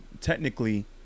Technically